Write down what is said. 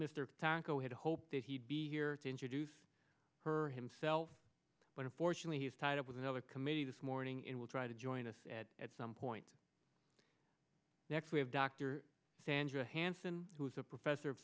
mr taco had hoped that he'd be here to introduce her himself but unfortunately he's tied up with another committee this morning in will try to join us at at some point next we have dr sandra hansen who is a professor of